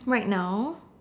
right now